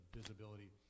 visibility